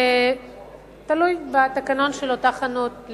תלוי בתקנון של אותה חנות,